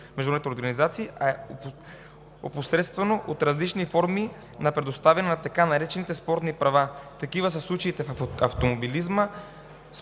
международните организации, опосредствано от различни форми на предоставяне на така наречените спортни права. Такива са случаите в автомобилизма,